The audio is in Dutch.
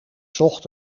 zocht